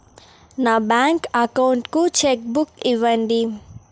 నా bank account కు cheque book ఇవ్వండి